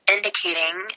Indicating